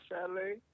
Saturday